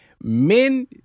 men